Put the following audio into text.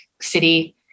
City